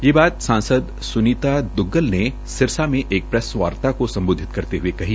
यह बात सांसद सुनीता द्रग्गल ने सिरसा में एक प्रैस वार्ता को सम्बोधित करते हए कही